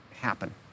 happen